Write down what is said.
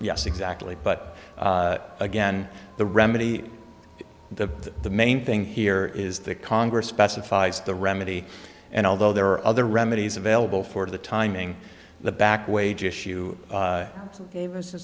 yes exactly but again the remedy the the main thing here is that congress specifies the remedy and although there are other remedies available for the timing the back wage issue